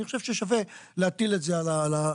אני חושב ששווה להטיל את זה על החבורה